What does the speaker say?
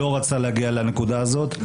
לא רצתה להגיע לנקודה הזאת,